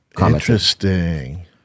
Interesting